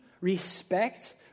respect